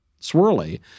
swirly